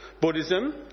Buddhism